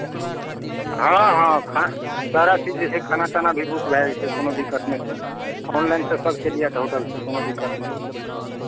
हँ हँ खा सारा चीज जे हइ खाना ताना भी बुक भए जाइ छै कोनो दिक्कत नहि छै ऑनलाइनसँ सभके लिए आर्डर छै कोनो दिक्कत नहि छै